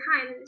time